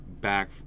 back